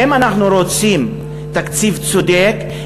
אם אנחנו רוצים תקציב צודק,